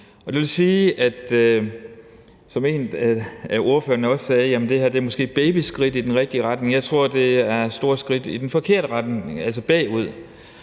kun er steget. En af ordførerne sagde, at det her måske er babyskridt i den rigtige retning. Jeg tror, det er store skridt i den forkerte retning, altså baglæns.